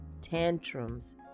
tantrums